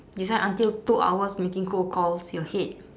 this one until two hours making cold calls your head